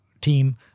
team